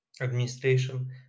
administration